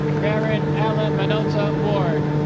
maren alan manota ward